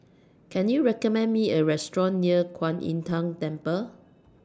Can YOU recommend Me A Restaurant near Kwan Im Tng Temple